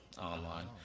online